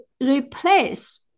replace